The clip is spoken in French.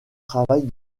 travail